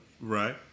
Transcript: Right